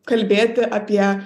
kalbėti apie